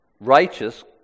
righteous